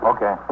Okay